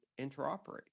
interoperate